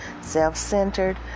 self-centered